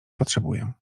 potrzebuję